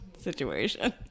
situation